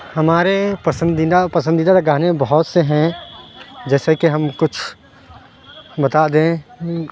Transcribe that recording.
ہمارے پسندیدہ پسندیدہ تو گانے بہت سے ہیں جیسے کہ ہم کچھ بتا دیں